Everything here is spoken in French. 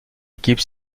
équipe